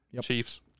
Chiefs